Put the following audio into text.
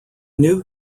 new